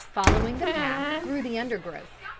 following the path through the undergrowth.